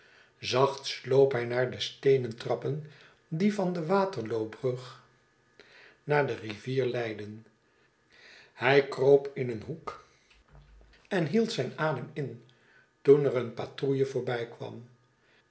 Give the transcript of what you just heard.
zacht sloop hij naar de steenen trappen die van de waterloobrug naar de rivier leidden hij kroop in een hoek en hield zijn adem in toen er een patrouille